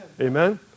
Amen